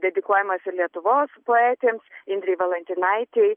dedikuojamas lietuvos poetėms indrei valantinaitei